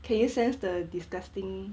can you sense the disgusting